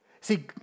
See